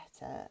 better